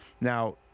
Now